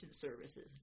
services